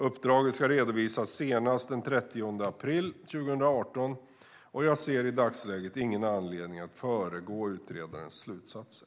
Uppdraget ska redovisas senast den 30 april 2018, och jag ser i dagsläget ingen anledning att föregripa utredarens slutsatser.